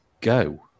Go